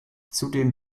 zudem